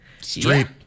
straight